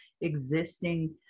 existing